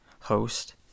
host